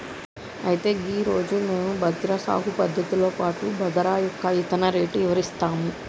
అయితే గీ రోజు మేము బజ్రా సాగు పద్ధతులతో పాటు బాదరా యొక్క ఇత్తన రేటు ఇవరిస్తాము